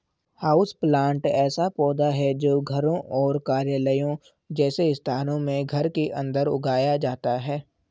houseplant ऐसा पौधा है जो घरों और कार्यालयों जैसे स्थानों में घर के अंदर उगाया जाता है